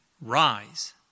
Rise